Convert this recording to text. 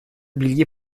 bilgi